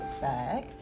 back